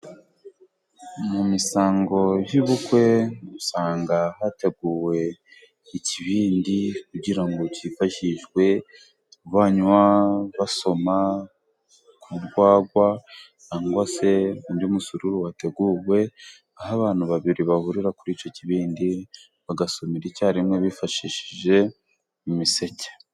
Mu misango y'ubukwe usanga hateguwe ikibindi kugira ngo cyifashishwe banywa, basoma kurwagwa cyangwa se undi musururu wateguwe, aho abantu babiri bahurira kuri icyo kibindi bagasomera icyarimwe bifashishije imiseke.